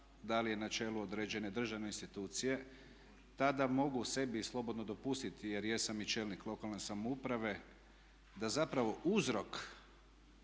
da li na čelu određene državne institucije, tada mogu sebi slobodno dopustiti jer jesam i čelnik lokalne samouprave, da zapravo uzrok